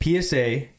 PSA